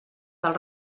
del